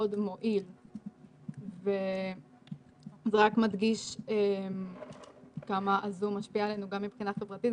מועיל וזה רק מדגיש כמה הזום משפיע עלינו גם מבחינה חברתית,